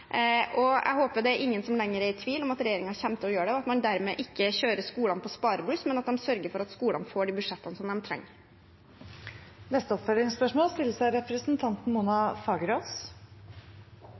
og jeg håper det ikke er noen som lenger er i tvil om at regjeringen kommer til å gjøre det, og at man dermed ikke kjører skolene på sparebluss, men sørger for at skolene får de budsjettene som de trenger. Mona Fagerås – til oppfølgingsspørsmål.